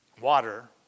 water